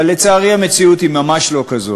אבל, לצערי, המציאות היא ממש לא כזאת.